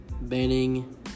banning